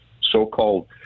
so-called